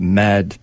mad